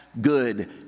good